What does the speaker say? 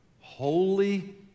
holy